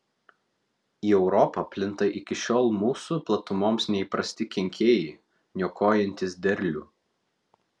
į europą plinta iki šiol mūsų platumoms neįprasti kenkėjai niokojantys derlių